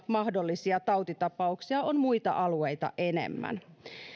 mahdollisia tautitapauksia on muita alueita enemmän